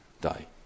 die